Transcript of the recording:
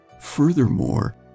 Furthermore